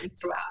throughout